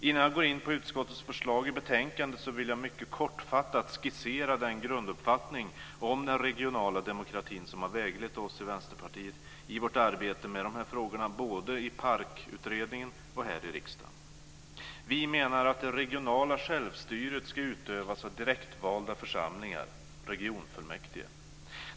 Innan jag går in på utskottets förslag i betänkandet vill jag mycket kortfattat skissera den grunduppfattning om den regionala demokratin som har väglett oss i Vänsterpartiet i vårt arbete med de här frågorna, både i PARK-utredningen och här i riksdagen. Vi menar att det regionala självstyret ska utövas av direktvalda församlingar, regionfullmäktige.